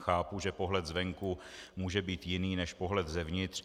Chápu, že pohled zvenku může být jiný než pohled zevnitř.